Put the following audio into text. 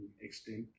extinct